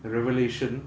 revelation